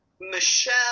Michelle